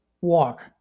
walk